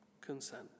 consent